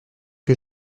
que